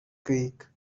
creek